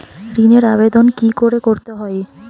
ঋণের আবেদন কি করে করতে হয়?